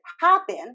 happen